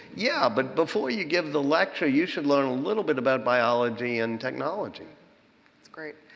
yeah, but before you give the lecture, you should learn a little bit about biology and technology that's great.